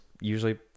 usually